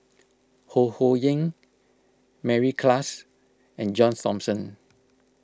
Ho Ho Ying Mary Klass and John Thomson